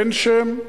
ואין שם.